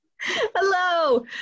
Hello